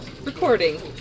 recording